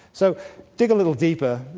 so dig a little deeper,